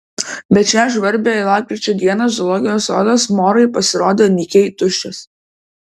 bet šią žvarbią lapkričio dieną zoologijos sodas morai pasirodė nykiai tuščias